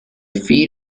feed